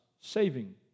saving